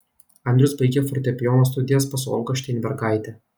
andrius baigė fortepijono studijas pas olgą šteinbergaitę